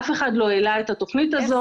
אף אחד לא העלה את התוכנית הזאת,